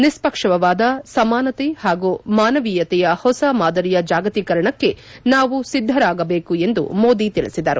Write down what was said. ನಿಷ್ವಕ್ಷವಾದ ಸಮಾನತೆ ಹಾಗೂ ಮಾನವೀಯತೆಯ ಹೊಸ ಮಾದರಿಯ ಜಾಗತೀಕರಣಕ್ಕೆ ನಾವು ಸಿದ್ದರಾಗಬೇಕು ಎಂದು ಮೋದಿ ತಿಳಿಸಿದರು